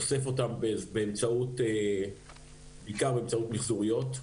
אוסף אותם בעיקר באמצעות מיחזוריות.